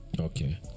Okay